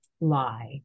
lie